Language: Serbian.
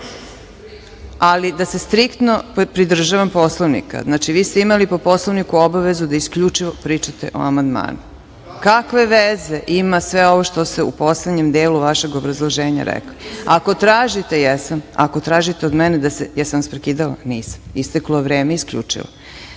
se. Ali, da se striktno pridržavam Poslovnika. Znači, vi ste imali po Poslovniku obavezu da isključivo pričate o amandmanu. Kakve veze ima sve ovo što ste u poslednjem delu vašeg obrazloženja rekli? Ako tražite od mene, molim vas, da li sam vas prekidala? Nisam. Isteklo je vreme i isključila